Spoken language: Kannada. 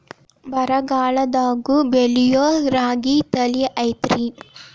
ಬರಗಾಲದಾಗೂ ಬೆಳಿಯೋ ರಾಗಿ ತಳಿ ಐತ್ರಿ?